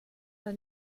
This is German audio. der